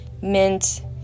mint